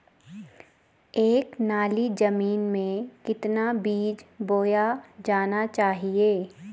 एक नाली जमीन में कितना बीज बोया जाना चाहिए?